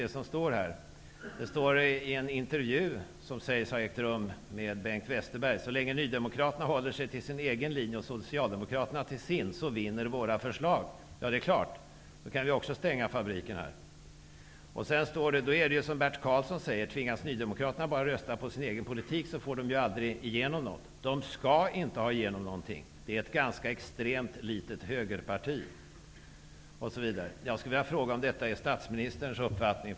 Det står följande i en intervju som sägs ha hållits med Bengt Westerberg: ''Så länge nydemokraterna håller sig till sin egen linje och Socialdemokraterna till sin så vinner våra förslag.'' Ja, det är klart. Då kan vi också stänga fabriken här. Intervjuaren frågar: ''Då är det ju som Bert Karlsson säger. Tvingas nydemokraterna bara rösta på sin egen politik, så får de ju aldrig igenom något? Westerberg svarar: ''De ska inte ha igenom någonting! Det är ett ganska extremt litet högerparti.'' Jag skulle vilja fråga om detta också är statsministerns uppfattning.